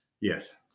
Yes